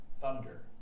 thunder